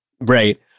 right